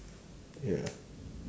ya